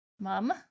Mum